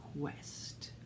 quest